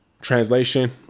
Translation